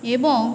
এবং